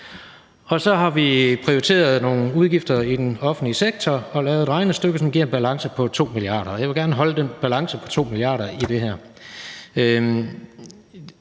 Så har vi prioriteret nogle udgifter i den offentlige sektor og lavet et regnestykke, som giver en balance på 2 mia. kr., og jeg vil gerne holde den balance på 2 mia. kr. Det gør,